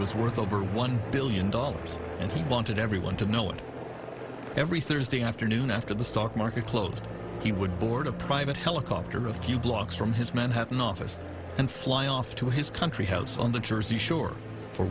was worth over one billion dollars and he wanted everyone to know it every thursday afternoon after the stock market closed he would board a private helicopter a few blocks from his manhattan office and fly off to his country house on the jersey shore for